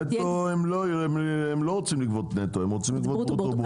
הם לא רוצים לגבות נטו, הם רוצים לגבות ברוטו.